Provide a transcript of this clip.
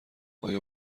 آیا